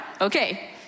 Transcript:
Okay